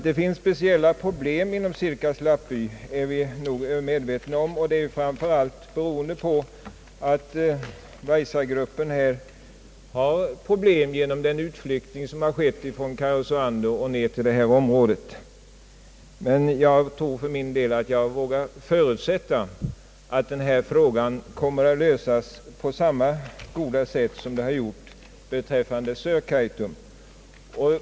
Det finns speciella problem inom Sirkas lappby, det är vi medvetna om, framför allt beroende på att Vaisa-gruppen har problem genom den utflyttning som skett från Karesuando och ned till detta område. Men jag vågar förutsätta att denna fråga kommer att lösas på samma goda sätt som skett beträffande Sörkaitum.